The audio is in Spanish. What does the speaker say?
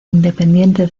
independiente